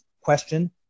question